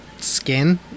skin